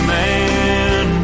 man